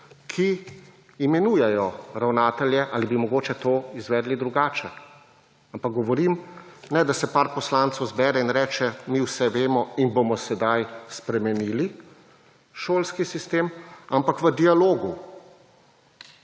ki imenujejo ravnatelje ali bi mogoče to izvedli drugače? Ampak govorim, ne da se par poslancev zbere in reče, mi vse vemo in bomo sedaj spremenili šolski sistem, ampak v dialogu,